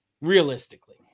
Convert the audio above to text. realistically